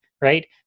right